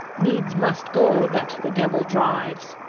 needs must go, that the devil drives